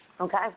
Okay